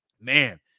Man